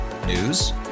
News